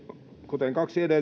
kuten kaksi